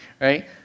right